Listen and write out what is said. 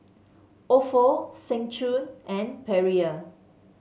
Ofo Seng Choon and Perrier